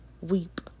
weep